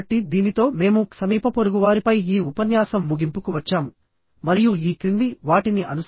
మనకు పరిమితమైన సమయం ఉన్నందువలన ఈ విధంగా ఈరోజు పాఠాన్ని ముగిస్తున్నాను